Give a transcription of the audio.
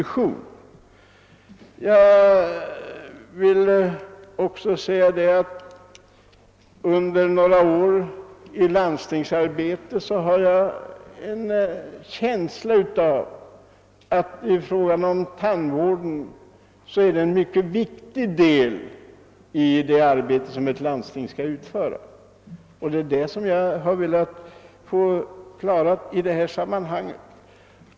Under några år i landstingsarbete har jag fått en känsla av att tandvården är en mycket viktig del i landstingens verksamhet.